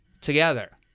together